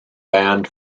band